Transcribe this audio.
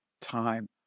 time